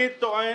אני טוען